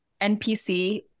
NPC